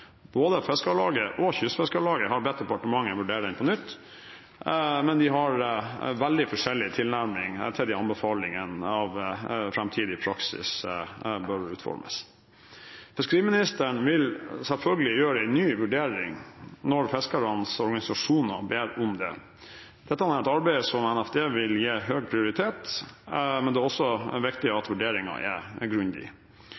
Både Fiskarlaget og Kystfiskarlaget har bedt departementet vurdere den på nytt, men de har veldig forskjellig tilnærming til anbefalingene av hvordan framtidig praksis bør utformes. Fiskeriministeren vil selvfølgelig gjøre en ny vurdering når fiskernes organisasjoner ber om det. Dette er et arbeid som Nærings- og fiskeridepartementet vil gi høy prioritet, men det er også viktig